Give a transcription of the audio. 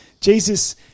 Jesus